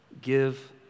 give